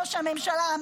ראש הממשלה?